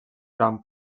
gran